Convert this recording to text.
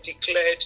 declared